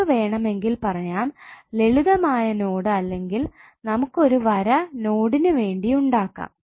നമുക്ക് വേണമെങ്കിൽ പറയാം ലളിതമായ നോഡ് അല്ലെങ്കിൽ നമുക്ക് ഒരു വര നോഡിനുവേണ്ടി ഉണ്ടാക്കാം